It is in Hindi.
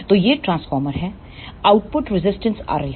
तो यह ट्रांसफार्मर है आउटपुट रेजिस्टेंस RL है